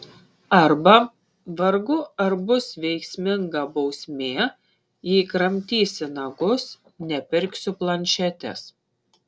arba vargu ar bus veiksminga bausmė jei kramtysi nagus nepirksiu planšetės